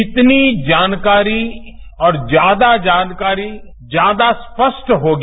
जितनी जानकारी और ज्यादा जानकारी ज्यादा स्पष्ट होगी